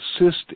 assist